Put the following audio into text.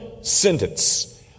sentence